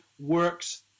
works